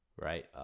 right